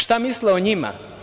Šta misle o njima?